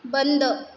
बंद